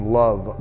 love